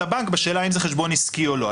הבנק בשאלה האם זה חשבון עסקי או לא.